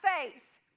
faith